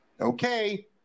okay